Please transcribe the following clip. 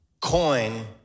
Coin